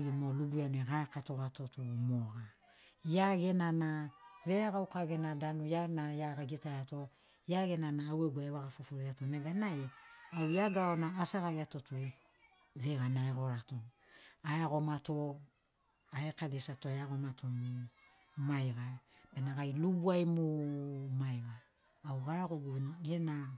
gai mo lubu iaunai garakatoga tu moga. Ia gena na veregauka gena danu ia genai agitaiato ia gena na au gegu ai evaga fofori ato nega nai au ia garona asegagi ato tu veigana egorato. Aiagomato a ekalesiato aiagomato mumaiga bena gai lubu ai mumaiga au garagogu gena